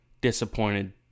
disappointed